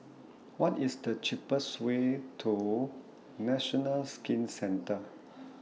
What IS The cheapest Way to National Skin Centre